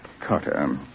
Carter